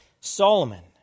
Solomon